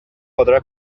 podrà